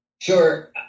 Sure